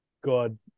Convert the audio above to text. Good